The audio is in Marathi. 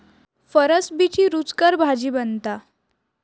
फरसबीची रूचकर भाजी बनता